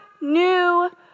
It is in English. new